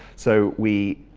so, we